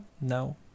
no